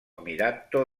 ammirato